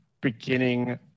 beginning